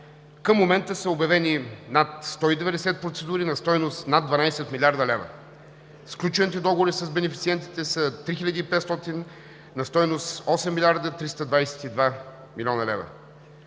Към момента са обявени над 190 процедури на стойност над 12 млрд. лв. Сключените договори с бенефициентите са 3500 на стойност 8 млрд. 322 млн. лв.